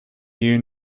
you